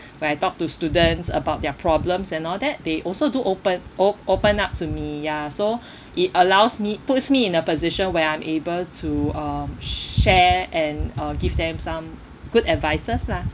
when I talk to students about their problems and all that they also do open o~ open up to me ya so it allows me puts me in a position where I'm able to um share and uh give them some good advices lah